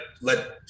let